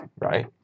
right